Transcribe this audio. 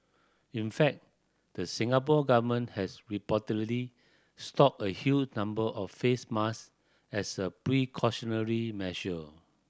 in fact the Singapore Government has reportedly stocked a huge number of face mask as a precautionary measure